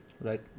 right